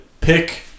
Pick